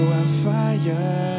Wildfire